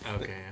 Okay